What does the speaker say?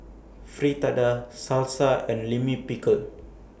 Fritada Salsa and Lime Pickle